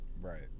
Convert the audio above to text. right